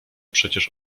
przecież